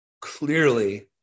clearly